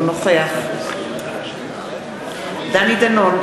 אינו נוכח דני דנון,